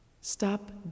Stop